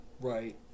Right